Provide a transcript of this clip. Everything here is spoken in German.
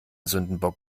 sündenbock